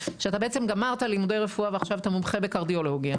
שאתה בעצם גמרת לימודי רפואה ועכשיו אתה מומחה בקרדיולוגיה,